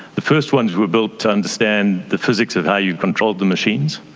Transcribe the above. the first ones were built to understand the physics of how you controlled the machines.